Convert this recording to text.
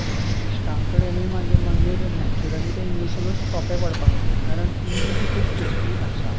पूण इश्टां कडेनूय मागीर मागीर नॅच्युरली तें इंग्लिशिनूच सोपें पडपाक लागलें कारण इंग्लीश ही खूब सोपी भाशा